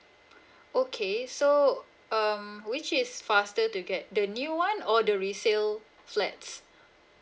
okay so um which is faster to get the new one or the resale flats